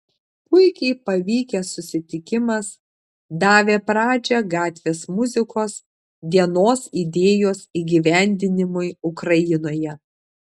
puikiai pavykęs susitikimas davė pradžią gatvės muzikos dienos idėjos įgyvendinimui ukrainoje